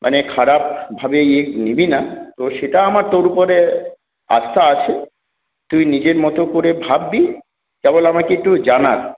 মানে খারাপভাবে ইয়ে নিবি না তো সেটা আমার তোর উপরে আস্থা আছে তুই নিজের মতো করে ভাববি কেবল আমাকে একটু জানাস